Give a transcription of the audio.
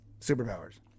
superpowers